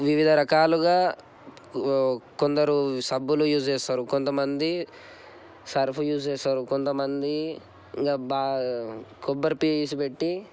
వివిధ రకాలుగా కొందరు సబ్బులు యూజ్ చేస్తారు కొంతమంది సర్ఫ్ యూజ్ చేస్తారు కొంతమంది ఇంకా కొబ్బరి పీచు పెట్టి